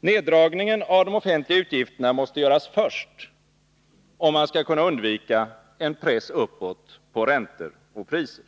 Neddragningen av de offentliga utgifterna måste göras först, om man skall kunna undvika en press uppåt på räntor och priser.